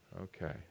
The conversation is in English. Okay